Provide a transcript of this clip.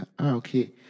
Okay